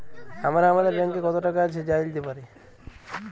আমরা আমাদের ব্যাংকে কত টাকা আছে জাইলতে পারি